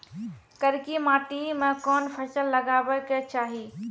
करकी माटी मे कोन फ़सल लगाबै के चाही?